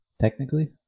Technically